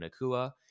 Nakua